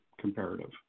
comparative